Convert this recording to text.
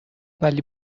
ولی